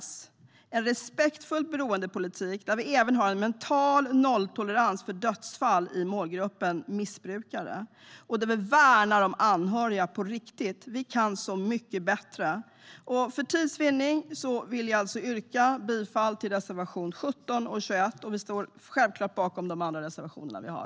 Det ska vara en respektfull beroendepolitik, där vi även har en mental nolltolerans för dödsfall i målgruppen missbrukare och där vi värnar om anhöriga på riktigt. Vi kan så mycket bättre. För tids vinnande yrkar jag bifall endast till reservationerna 17 och 21, men vi står självklart även bakom våra övriga reservationer.